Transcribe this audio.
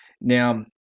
Now